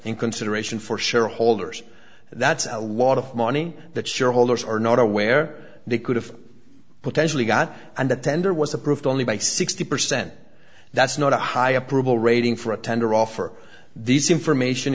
in consideration for shareholders that's a lot of money that shareholders are not aware they could have potentially got and that tender was approved only by sixty percent that's a a high approval rating for a tender offer this information